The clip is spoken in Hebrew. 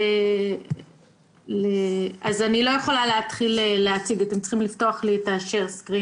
אבל אתם צריכים לפתוח לי שיתוף מסך.